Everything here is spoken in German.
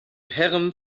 herren